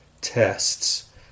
tests